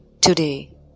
Today